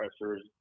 pressures